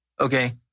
Okay